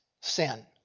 sin